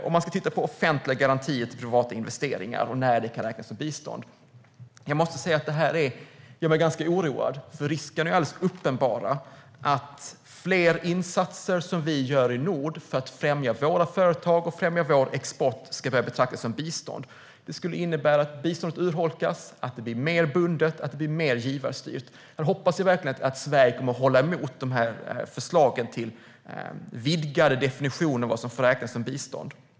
Man ska även titta på offentliga garantier till privata investeringar och när det kan räknas som bistånd. Detta gör mig ganska oroad. Risken är uppenbar att fler insatser som vi i nord gör för att främja våra företag och vår export ska börja betraktas som bistånd. Det skulle innebära att biståndet urholkas och att det blir mer bundet och givarstyrt. Jag hoppas verkligen att Sverige kommer att hålla emot dessa förslag till vidgad definition av vad som får räknas som bistånd.